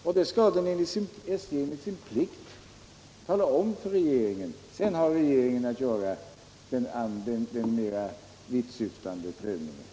Det är SJ:s plikt att tala om detta för regeringen. Sedan har regeringen att göra den mera vittsyftande prövningen.